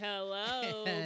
hello